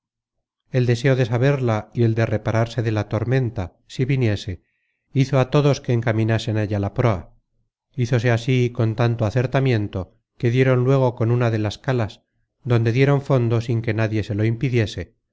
el deseo de saberla y el de repararse de la tormenta si viniese hizo a todos que encaminasen allá la proa hízose así con tanto acertamiento que dieron luego con una de las calas donde dieron fondo sin que nadie se lo impidiese